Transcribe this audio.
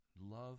love